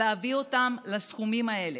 להביא אותם לסכומים האלה.